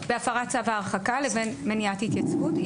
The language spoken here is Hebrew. צריך אולי להפריד בין הפרת צו ההרחקה לבין מניעת התייצבות.